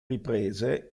riprese